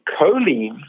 choline